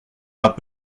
pas